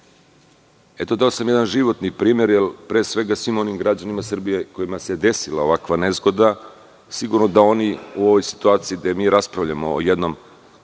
dao sam jedan životni primer. Svim onim građanima Srbije kojima se desila ovakva nezgoda sigurno da oni u ovoj situaciji gde mi raspravljamo o jednoj